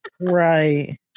Right